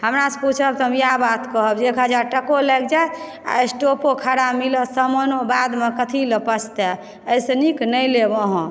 हमरा से पुछब तऽ हम इएह बात कहब जे एक हजार टको लागि जायत आ स्टोपो खराब मिलत सामानो बादमे कथी लए पछतायब अइ से नीक नहि लेब अहाँ